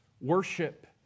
worship